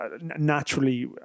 naturally